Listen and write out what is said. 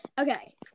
Okay